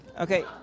Okay